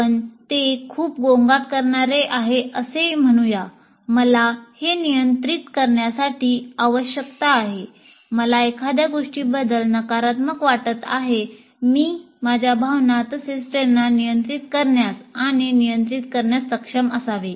आपण ते खूप गोंगाट करणारे आहे असे म्हणू या मला हे नियंत्रित करण्याची आवश्यकता आहे मला एखाद्या गोष्टीबद्दल नकारात्मक वाटत आहे मी माझ्या भावना तसेच प्रेरणा नियंत्रित करण्यास किंवा नियंत्रित करण्यास सक्षम असावे